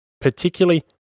particularly